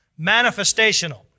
manifestational